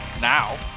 now